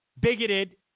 bigoted